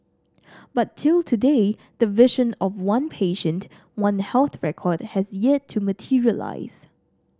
but till today the vision of one patient One Health record has yet to materialise